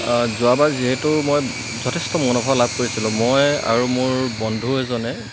যোৱাবাৰ যিহেতু মই যথেষ্ট মুনাফা লাভ কৰিছিলোঁ মই আৰু মোৰ বন্ধু এজনে